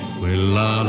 quella